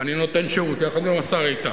אני נותן שהות, יחד עם השר איתן,